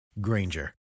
Granger